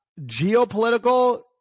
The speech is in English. Geopolitical